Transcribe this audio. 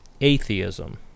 atheism